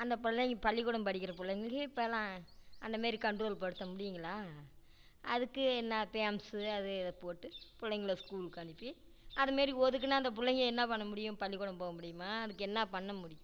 அந்த பிள்ளைங்க பள்ளிக்கூடம் படிக்கிற பிள்ளைங்களுக்கு இப்போல்லாம் அந்தமாரி கண்ட்ரோல் படுத்த முடியும்ங்களா அதுக்கு என்ன பேம்ஸு அது இதை போட்டு பிள்ளைங்கள ஸ்கூலுக்கு அனுப்பி அதுமாரி ஒதுக்கினா அந்த பிள்ளைங்க என்ன பண்ண முடியும் பள்ளிக்கூடம் போக முடியுமா அதுக்கு என்ன பண்ண முடியும்